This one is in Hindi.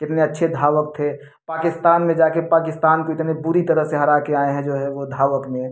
कितने अच्छे धावक थे पाकिस्तान में जाके पाकिस्तान को इतने बुरी तरह से हरा के आए हैं जो है वो धावक ने